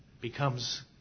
becomes